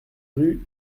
rue